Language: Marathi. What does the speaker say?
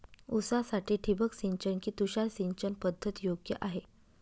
ऊसासाठी ठिबक सिंचन कि तुषार सिंचन पद्धत योग्य आहे?